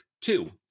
two